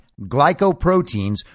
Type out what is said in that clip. glycoproteins